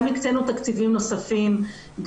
גם הקצינו תקציבים נוספים,